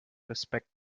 respekt